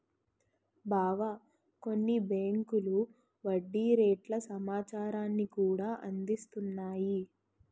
బావా కొన్ని బేంకులు వడ్డీ రేట్ల సమాచారాన్ని కూడా అందిస్తున్నాయి